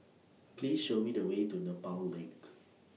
Please Show Me The Way to Nepal LINK